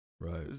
Right